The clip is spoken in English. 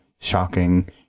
shocking